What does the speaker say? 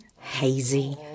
hazy